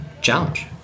challenge